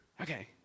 Okay